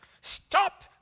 Stop